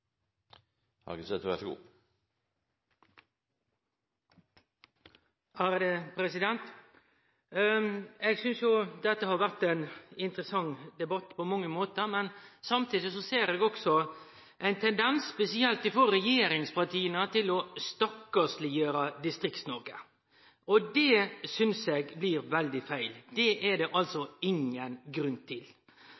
Eg synest dette har vore ein interessant debatt på mange måtar. Samtidig ser eg òg ein tendens, spesielt frå regjeringspartia, til å stakkarsleggjere Distrikts-Noreg. Det synest eg blir veldig feil. Det er det ingen grunn til. Faktum er at store delar av verdiskapinga som skjer i Noreg, skjer i Distrikts-Noreg. Det er altså